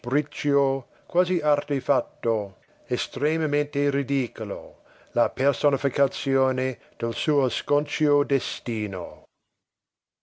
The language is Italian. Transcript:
quasi artefatto estremamente ridicolo la personificazione del suo sconcio destino